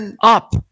up